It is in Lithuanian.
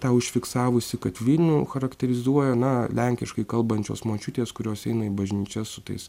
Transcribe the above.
tą užfiksavusi kad vilnių charakterizuoja na lenkiškai kalbančios močiutės kurios eina į bažnyčią su tais